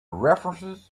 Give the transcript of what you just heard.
references